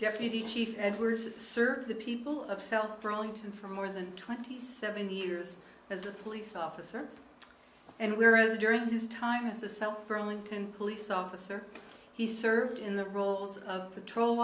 deputy chief edwards serve the people of south burlington for more than twenty seven years as a police officer and we're as during his time as the self burlington police officer he served in the roles of patrol